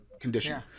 condition